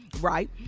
right